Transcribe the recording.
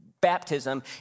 baptism